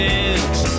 edge